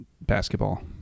basketball